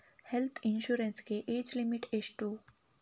Health insurance ಗೆ age limit ಎಷ್ಟು?